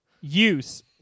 Use